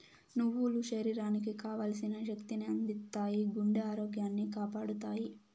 నువ్వులు శరీరానికి కావల్సిన శక్తి ని అందిత్తాయి, గుండె ఆరోగ్యాన్ని కాపాడతాయి